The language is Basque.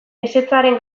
ezetzaren